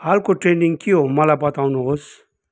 हालको ट्रेन्डिङ के हो मलाई बताउनुहोस्